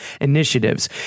initiatives